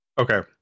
Okay